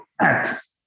act